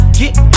get